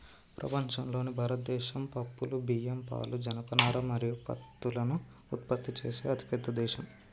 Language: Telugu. ప్రపంచంలోనే భారతదేశం పప్పులు, బియ్యం, పాలు, జనపనార మరియు పత్తులను ఉత్పత్తి చేసే అతిపెద్ద దేశం